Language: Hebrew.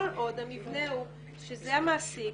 כל עוד המבנה הוא שזה המעסיק